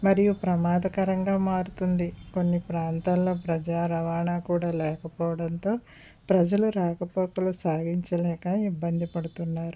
మరియు ప్రమాదకరంగా మారుతుంది కొన్ని ప్రాంతాల్లో ప్రజా రవాణా కూడా లేకపోవడంతో ప్రజలు రాకపోకలు సాగించలేక ఇబ్బంది పడుతున్నారు